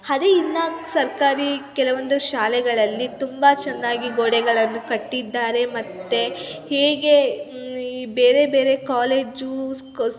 ಅದೇ ಇನ್ನು ಸರ್ಕಾರಿ ಕೆಲವೊಂದು ಶಾಲೆಗಳಲ್ಲಿ ತುಂಬ ಚೆನ್ನಾಗಿ ಗೋಡೆಗಳನ್ನು ಕಟ್ಟಿದ್ದಾರೆ ಮತ್ತು ಹೇಗೆ ಈ ಬೇರೆ ಬೇರೆ ಕಾಲೇಜು ಸ್ಕೂ